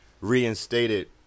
reinstated